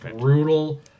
brutal